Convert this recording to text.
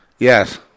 Yes